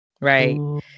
right